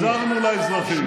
המרצנו את הכלכלה, עזרנו לאזרחים.